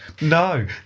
No